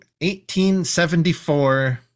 1874